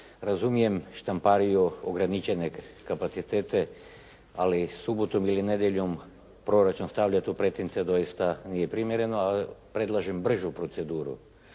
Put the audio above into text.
Razumijem štampariju, ograničene kapacitete, ali subotom ili nedjeljom proračun stavljati u pretince doista nije primjereno. Predlažem bržu proceduru.